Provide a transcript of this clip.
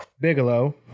Bigelow